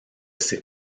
ces